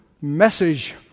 message